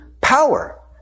power